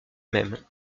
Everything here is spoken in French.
même